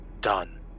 done